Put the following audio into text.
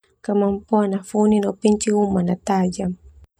Mampu na funi no penciuman na tajam.